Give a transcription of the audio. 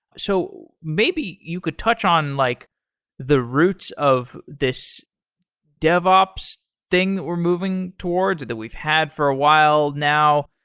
so maybe you could touch on like the roots of this devops devops thing that we're moving towards that we've had for a while now.